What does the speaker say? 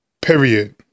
Period